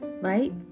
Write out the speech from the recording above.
Right